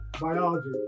biology